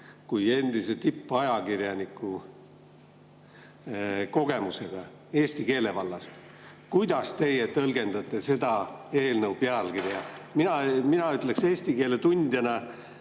kui endise tippajakirjaniku kogemusega eesti keele vallast. Kuidas teie tõlgendate selle eelnõu pealkirja? Mina ütleksin eesti keele tundjana